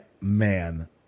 man